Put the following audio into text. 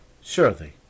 Surely